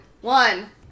One